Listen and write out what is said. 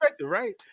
right